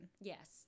Yes